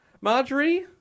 Marjorie